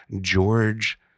George